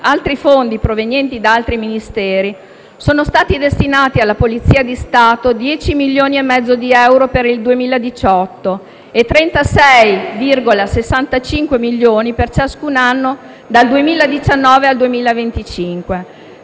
altri fondi, provenienti da altri Ministeri - sono stati destinati alla Polizia di Stato 10,5 milioni di euro per il 2018 e 36,65 milioni di euro per ciascun anno dal 2019 al 2025;